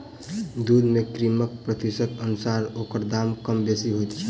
दूध मे क्रीमक प्रतिशतक अनुसार ओकर दाम कम बेसी होइत छै